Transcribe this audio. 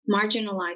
marginalized